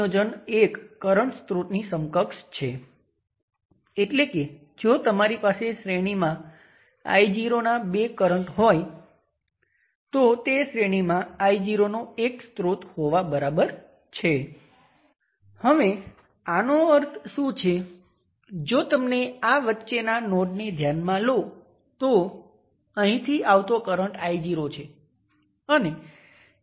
આ ચોક્કસ કેસમાં પોલારિટિ લીધી હોત તો તે હોઈ શકે છે V નોટ બાય 4